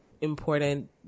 important